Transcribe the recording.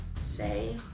say